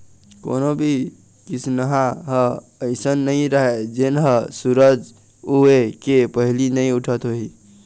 कोनो भी किसनहा ह अइसन नइ राहय जेन ह सूरज उए के पहिली नइ उठत होही